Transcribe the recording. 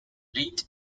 late